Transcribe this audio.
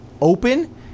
open